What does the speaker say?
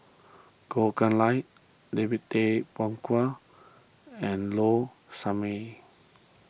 Goh Chiew Lye David Tay Poey Cher and Low Sanmay